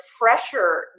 pressure